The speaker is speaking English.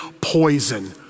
poison